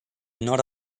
not